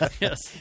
Yes